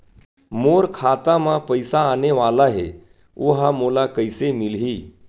मोर खाता म पईसा आने वाला हे ओहा मोला कइसे मिलही?